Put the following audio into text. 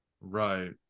right